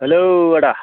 hello आदा